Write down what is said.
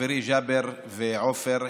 חבריי ג'אבר ועופר,